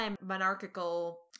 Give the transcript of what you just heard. monarchical